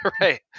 Right